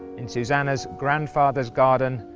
in susannah's grandfather's garden,